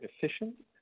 efficient